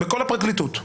בכל הפרקליטות?